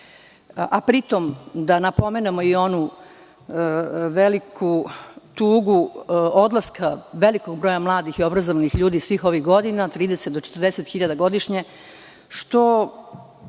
Pri tome, da napomenem i onu veliku tugu odlaska velikog broja mladih i obrazovnih ljudi svih ovih godina, 30 do 40 hiljada godišnje, što